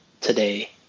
today